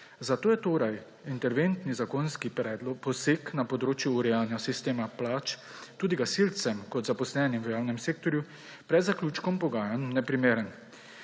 zato je torej interventni zakonski poseg na področju urejanja sistema plač tudi gasilcem kot zaposlenim v javnem sektorju pred zaključkom pogajanj neprimeren.